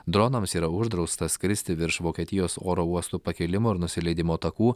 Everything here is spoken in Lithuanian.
dronams yra uždrausta skristi virš vokietijos oro uostų pakilimo ir nusileidimo takų